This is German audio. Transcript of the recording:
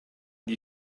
die